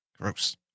Gross